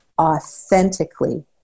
authentically